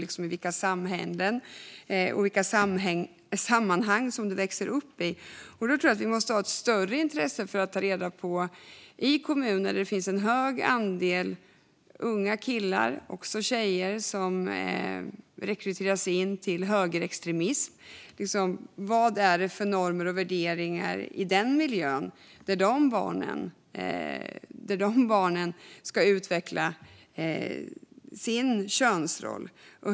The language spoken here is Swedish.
Genus beror på vilka samhällen och sammanhang man växer upp i. Vi måste ha ett större intresse för att ta reda på hur det ser ut i kommuner där det finns en hög andel unga killar men också tjejer som rekryteras in i högerextremism. Vilka normer och värderingar finns i den miljö där dessa barn ska utveckla sin könsroll?